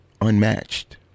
unmatched